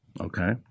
Okay